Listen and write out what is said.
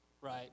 right